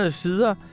sider